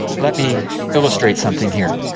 let me illustrate something, here.